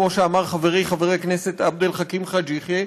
כמו שאמר חברי חבר הכנסת עבד אל חכים חאג' יחיא,